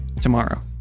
tomorrow